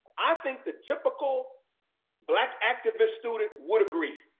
i think the typical black activist student would agree.